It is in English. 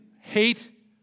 hate